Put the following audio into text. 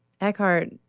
Eckhart